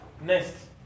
Next